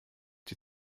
die